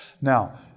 Now